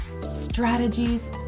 Strategies